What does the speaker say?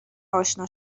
آشنا